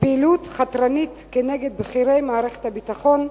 בפעילות חתרנית כנגד בכירי מערכת הביטחון,